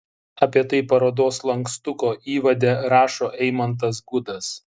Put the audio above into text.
apie tai parodos lankstuko įvade rašo eimantas gudas